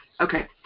Okay